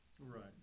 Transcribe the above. Right